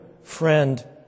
friend